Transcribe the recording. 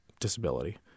disability